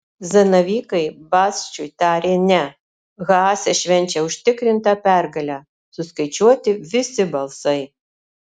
zanavykai basčiui tarė ne haase švenčia užtikrintą pergalę suskaičiuoti visi balsai